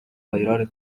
баяраар